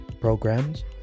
programs